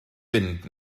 fynd